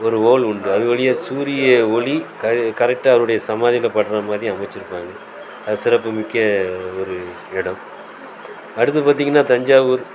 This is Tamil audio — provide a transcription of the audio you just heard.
ஒரு ஹோல் உண்டு அது வழியா சூரிய ஒளி கரு கரெக்டாக அவருடைய சமாதியில படுகிற மாதிரி அமைச்சுருப்பாங்க அது சிறப்புமிக்க ஒரு இடம் அடுத்து பார்த்தீங்கன்னா தஞ்சாவூர்